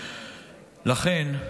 לכן,